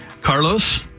Carlos